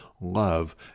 love